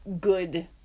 good